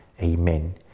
Amen